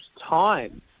Time